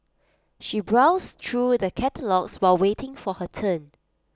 she browsed through the catalogues while waiting for her turn